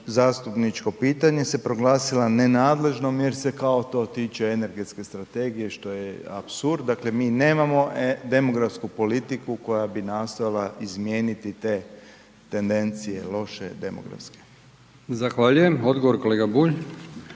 zastupničko pitanje se proglasila nenadležnom jer se kao to tiče energetske strategije što je apsurd. Dakle, mi nemamo demografsku politiku koja bi nastojala izmijeniti te tendencije loše demografske. **Brkić, Milijan (HDZ)** Zahvaljujem. Odgovor kolega Bulj.